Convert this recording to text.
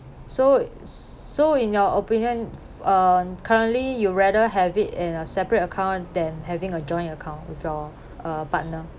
so so in your opinion on currently you rather have it in a separate account than having a joint account with your uh partner